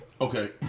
Okay